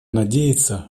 надеяться